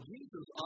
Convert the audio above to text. Jesus